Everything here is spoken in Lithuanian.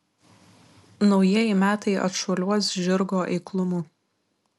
naujieji metai atšuoliuos žirgo eiklumu